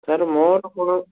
sir ମୋର କ'ଣ